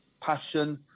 passion